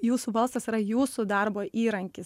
jūsų balsas yra jūsų darbo įrankis